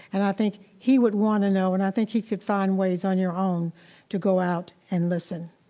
and i think he would want to know, and i think he could find ways on your own to go out and listen.